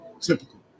typical